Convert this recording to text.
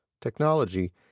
technology